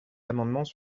amendements